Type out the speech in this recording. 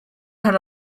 had